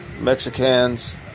Mexicans